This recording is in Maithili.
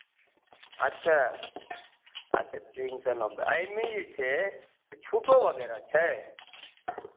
अच्छा अच्छा तीन सए नब्बे एहिमे जे छै छूटो वगैरह छै